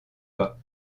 pas